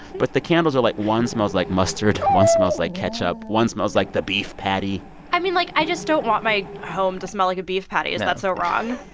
but the candles are, like one smells like mustard. one smells like ketchup. one smells like the beef patty i mean, like, i just don't want my home to smell like a beef patty yeah is that so wrong?